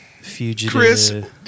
Fugitive